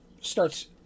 starts